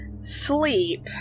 sleep